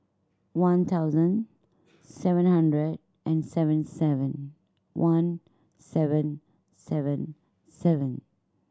one thousand seven hundred and seventy seven one seven seven seven